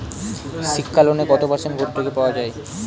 শিক্ষা লোনে কত পার্সেন্ট ভূর্তুকি পাওয়া য়ায়?